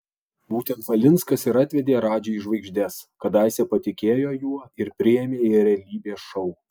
būtent valinskas ir atvedė radži į žvaigždes kadaise patikėjo juo ir priėmė į realybės šou